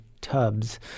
tubs